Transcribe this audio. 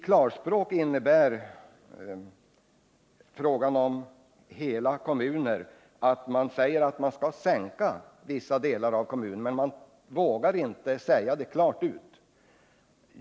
När man talar om hela kommuner innebär det i klarspråk att man skall sänka vissa delar av kommunen, men man vågar inte säga det klart.